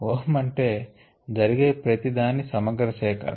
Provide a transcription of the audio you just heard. వోమ్ అంటే జరిగే ప్రతి దాని సమగ్ర సేకరణ